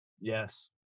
Yes